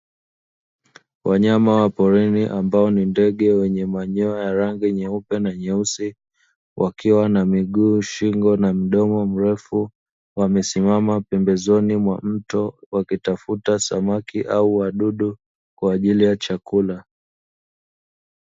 Wanyama wa porini ambao ni ndege wenye manyoya ya rangi nyeupe na nyeusi wakiwa wana miguu, shingo na mdomo mrefu, wame simama pembezoni mwa mto wakitafuta samaki au wadudu kwa ajili ya chakula.